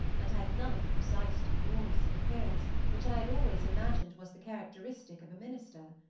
and had none of the precise demureness of appearance which i had always imagined was the characteristic of a minister.